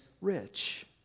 rich